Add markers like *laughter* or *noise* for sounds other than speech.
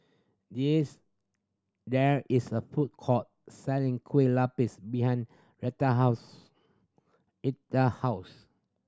*unintelligible* there is a food court selling Kueh Lapis behind Retha house *unintelligible* house